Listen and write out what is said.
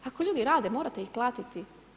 Ako ljudi rade, morate ih platiti.